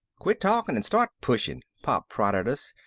quit talking and start pushing, pop prodded us.